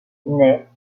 naît